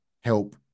help